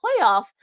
playoff